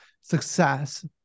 success